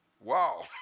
Wow